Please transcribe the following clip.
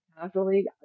casually